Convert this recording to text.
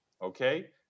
okay